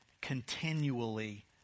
continually